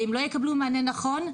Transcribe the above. ואם לא יקבלו מענה נכון,